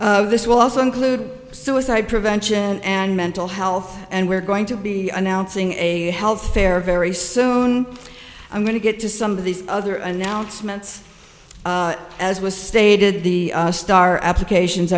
this will also include suicide prevention and mental health and we're going to be announcing a health fair very soon i'm going to get to some of these other announcements as was stated the star applications